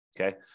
okay